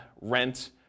rent